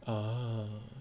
ah